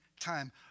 time